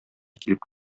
килеп